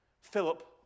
Philip